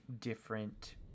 different